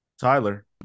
Tyler